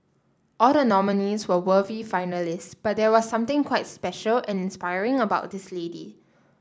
all the nominees were worthy finalist but there was something quite special and inspiring about this lady